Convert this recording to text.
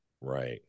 right